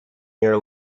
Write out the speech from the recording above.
near